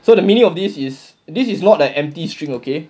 so the meaning of this is this is not an empty string okay